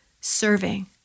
serving